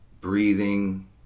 breathing